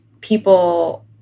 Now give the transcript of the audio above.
people